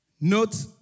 Note